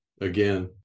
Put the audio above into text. again